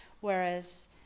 Whereas